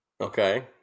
Okay